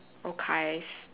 okays